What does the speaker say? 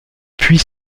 puis